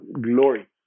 glory